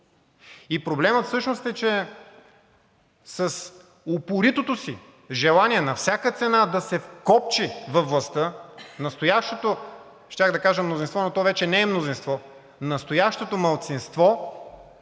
Проблемът всъщност е, че с упоритото си желание на всяка цена да се вкопчи във властта настоящото – щях да кажа мнозинство, но то вече не е мнозинство, настоящото малцинство